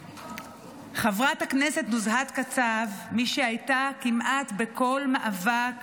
חברת הכנסת נוזהת קצב, מי שהייתה כמעט בכל מאבק